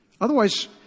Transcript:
Otherwise